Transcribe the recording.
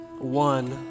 one